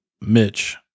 Mitch